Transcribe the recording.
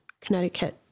Connecticut